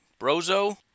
brozo